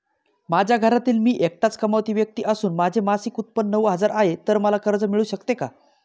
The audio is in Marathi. माझ्या घरातील मी एकटाच कमावती व्यक्ती असून माझे मासिक उत्त्पन्न नऊ हजार आहे, तर मला कर्ज मिळू शकते का?